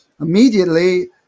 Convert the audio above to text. immediately